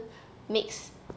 mix